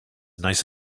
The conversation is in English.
nice